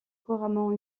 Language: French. couramment